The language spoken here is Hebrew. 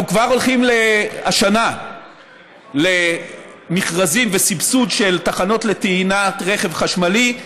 אנחנו כבר הולכים השנה למכרזים ולסבסוד של תחנות לטעינת רכב חשמלי.